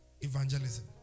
Evangelism